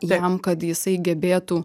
jam kad jisai gebėtų